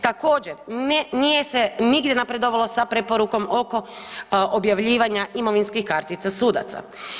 Također nije se nigdje napredovalo sa preporukom oko objavljivanja imovinskih kartica sudaca.